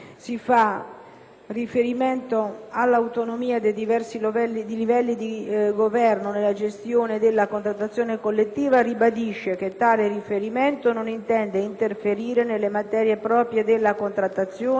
riferimento "alla autonomia ai diversi livelli di governo nella gestione della contrattazione collettiva.", ribadisce che tale riferimento non intende interferire nelle materie proprie della contrattazione,